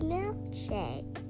Milkshake